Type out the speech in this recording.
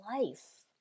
life